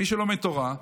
מי שלומד תורה,